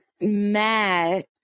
mad